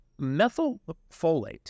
methylfolate